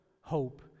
hope